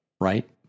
right